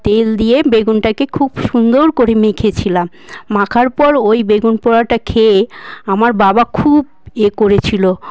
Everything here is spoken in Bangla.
তেল দিয়ে বেগুনটাকে খুব সুন্দর করে মেখেছিলাম মাখার পর ওই বেগুন পোড়াটা খেয়ে আমার বাবা খুব ইয়ে করেছিলো